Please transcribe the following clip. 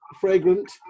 fragrant